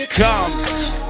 come